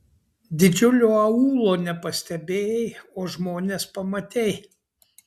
didžiulio aūlo nepastebėjai o žmones pamatei